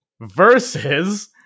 versus